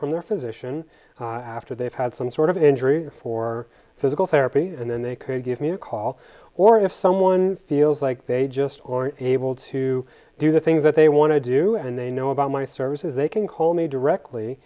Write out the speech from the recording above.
from their physician after they've had some sort of injury or for physical therapy and then they can give me a call or if someone feels like they just aren't able to do the things that they want to do and they know about my services they can call me directly